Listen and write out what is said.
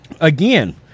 again